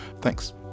thanks